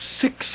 Six